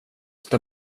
där